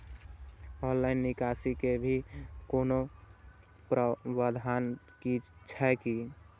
Online निकासी के भी कोनो प्रावधान छै की?